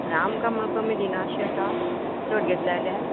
आनी आमकां म्हणो कमी दिना अशें येता चड घेतलें आल्यार